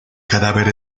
cadáver